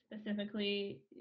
specifically